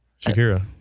Shakira